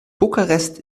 bukarest